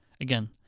again